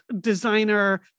designer